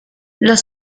los